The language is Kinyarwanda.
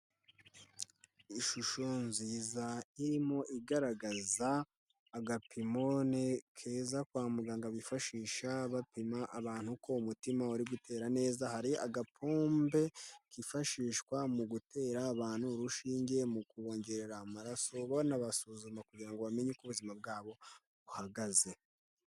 Ishusho nziza irimo igaragaza agapimone keza, kwa muganga bifashisha bapima abantu ko umutima uri gutera neza, hari agapombe kifashishwa mu gutera abantu urushinge, mu kubongerera amaraso, banabasuzuma kugira ngo bamenye uko ubuzima bwabo buhagaze.